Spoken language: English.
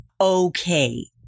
Okay